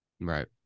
Right